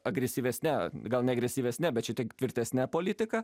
agresyvesne gal ne agresyvesne bet šitiek tvirtesne politika